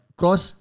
cross